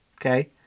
Okay